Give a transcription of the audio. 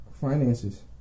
Finances